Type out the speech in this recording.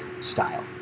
style